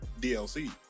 DLC